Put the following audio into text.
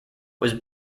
was